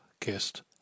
kissed